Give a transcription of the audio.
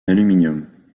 aluminium